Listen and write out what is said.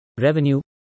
revenue